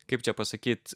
kaip čia pasakyt